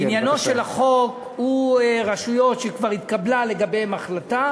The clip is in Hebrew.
עניינו של החוק הוא רשויות שכבר התקבלה לגביהן החלטה